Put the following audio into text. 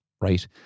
Right